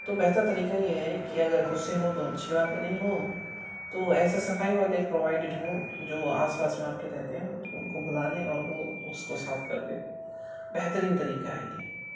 تو بہتر طریقہ یہ ہے کہ اگر خود سے ہو تو اچھی بات ہے نہیں ہو تو ایسا صفائی والے پرووائڈیڈ ہوں جو آس پاس میں آکے رہتے ہوں تو ان کو بلالیں وہ اس کو صاف کردیں بہترین طریقہ ہے یہ